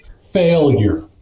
failure